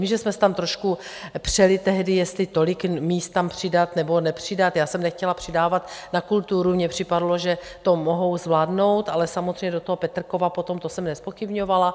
Vím, že jsme se tam trošku přeli tehdy, jestli tolik míst tam přidat, nebo nepřidat, já jsem nechtěla přidávat na kulturu, mně připadalo, že to mohou zvládnout, ale samozřejmě do toho Petrkova potom to jsem nezpochybňovala.